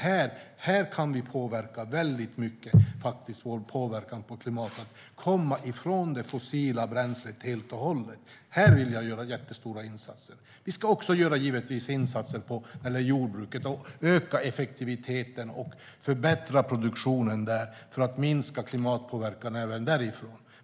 Här kan vi förändra vår påverkan på klimatet mycket och komma ifrån det fossila bränslet helt och hållet. Här vill jag göra jättestora insatser. Vi ska givetvis också göra insatser när det gäller jordbruket och öka effektiviteten och förbättra produktionen där för att minska klimatpåverkan även därifrån.